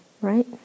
right